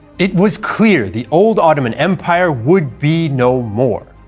it was clear the old ottoman empire would be no more,